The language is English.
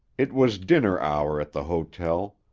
it was dinner hour at the hotel,